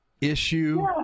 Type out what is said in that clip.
issue